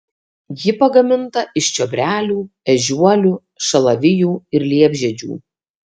ji pagaminta iš čiobrelių ežiuolių šalavijų ir liepžiedžių